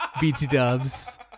BT-dubs